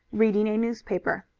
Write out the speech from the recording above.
reading a newspaper.